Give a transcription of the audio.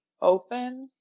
open